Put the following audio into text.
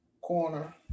corner